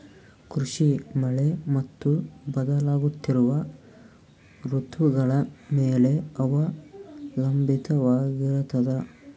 ಕೃಷಿ ಮಳೆ ಮತ್ತು ಬದಲಾಗುತ್ತಿರುವ ಋತುಗಳ ಮೇಲೆ ಅವಲಂಬಿತವಾಗಿರತದ